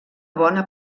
bona